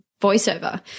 voiceover